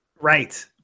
right